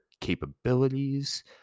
capabilities